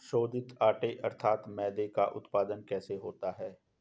शोधित आटे अर्थात मैदे का उत्पादन कैसे होता है?